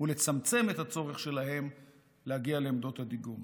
ולצמצם את הצורך שלהן להגיע לעמדות הדיגום.